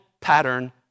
pattern